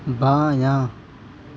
بایاں